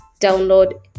download